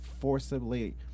forcibly